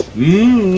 you